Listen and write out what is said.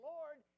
Lord